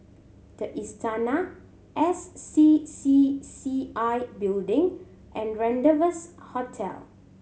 The Istana S C C C I Building and Rendezvous Hotel